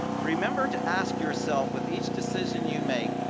remember to ask yourself with each decision you make,